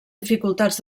dificultats